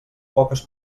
poques